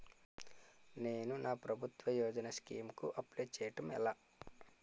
నేను నా ప్రభుత్వ యోజన స్కీం కు అప్లై చేయడం ఎలా?